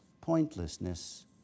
pointlessness